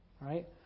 right